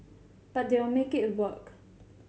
but they make it work